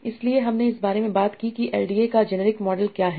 इसलिए हमने इस बारे में बात की कि LDA का जेनेरिक मॉडल क्या है